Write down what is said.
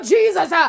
Jesus